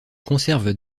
conservent